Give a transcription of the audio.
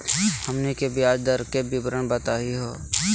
हमनी के ब्याज दर के विवरण बताही हो?